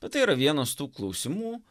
bet tai yra vienas tų klausimų